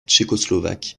tchécoslovaques